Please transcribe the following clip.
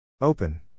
Open